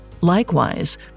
Likewise